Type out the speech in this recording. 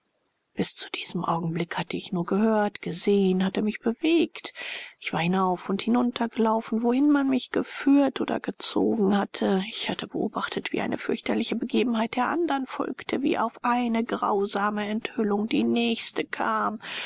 bis zu diesem augenblick hatte ich nur gehört gesehen hatte mich bewegt ich war hinauf und hinuntergelaufen wohin man mich geführt oder gezogen hatte ich hatte beobachtet wie eine fürchterliche begebenheit der andern folgte wie auf eine grausame enthüllung die nächste kam